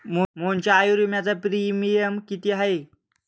मोहनच्या आयुर्विम्याचा प्रीमियम किती आहे?